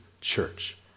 church